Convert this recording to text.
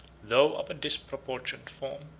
though of a disproportioned form.